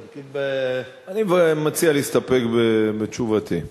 אני מציע להסתפק בתשובתי.